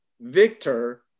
victor